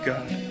God